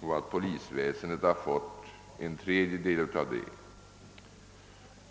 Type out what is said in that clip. och att polisväsendet har fått en tredjedel härav.